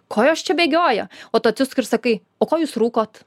ko jos čia bėgioja o tu atsisuki ir sakai o ko jūs rūkot